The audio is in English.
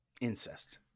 incest